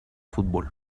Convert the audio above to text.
fútbol